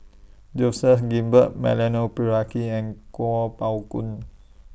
Joseph Grimberg Milenko Prvacki and Kuo Pao Kun